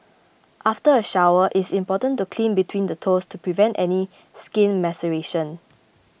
after a shower it's important to clean between the toes to prevent any skin maceration